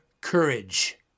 courage